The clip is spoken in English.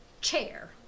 chair